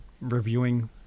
reviewing